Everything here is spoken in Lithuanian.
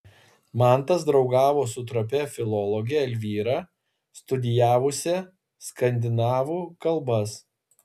mantas draugavo su trapia filologe elvyra studijavusia skandinavų kalbas